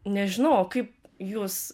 nežinau o kaip jūs